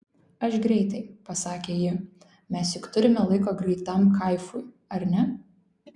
aš greitai pasakė ji mes juk turime laiko greitam kaifui ar ne